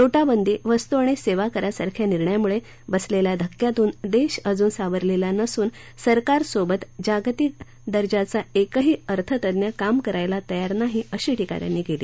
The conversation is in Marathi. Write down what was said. नोटाबंदी वस्तू आणि सेवा करासारख्या निर्णयामुळे बसलेल्या धक्क्यातून देश अजून सावरलेला नसून सरकारसोबत जागतिक दर्जाचा एकही अर्थतज्ञ काम करायला तयार नाही अशी टीका त्यांनी केली